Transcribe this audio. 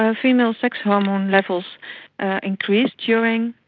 um female sex hormone levels ah increase during